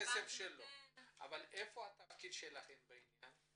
אבל איפה התפקיד שלכם כאן?